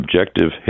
objective